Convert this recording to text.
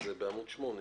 בעמוד 8: